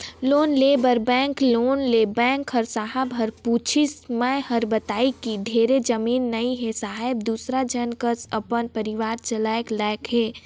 loan लेय बर bank गेंव त बेंक कर साहब ह पूछिस मै हर बतायें कि ढेरे जमीन नइ हे साहेब दूसर झन कस अपन परिवार चलाय लाइक हे